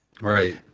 right